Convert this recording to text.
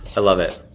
i love it.